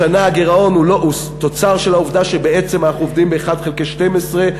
השנה הגירעון הוא תוצר של העובדה שבעצם אנחנו עובדים ב-1 חלקי 12,